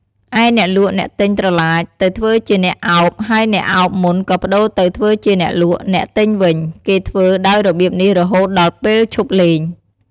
ឯអ្នកលក់អ្នកទិញត្រឡាចទៅធ្វើជាអ្នកឱប ហើយអ្នកឱបមុនក៏ប្តួរទៅធ្វើជាអ្នកលក់ អ្នកទិញវិញ គេធ្វើ ដោយរបៀបនេះរហូតដល់ពេលឈប់លេង។